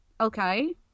okay